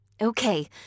Okay